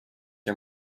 are